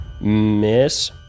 Miss